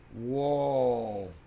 Whoa